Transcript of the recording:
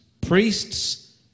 priests